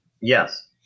Yes